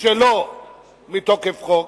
שלא מתוקף חוק,